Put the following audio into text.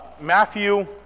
Matthew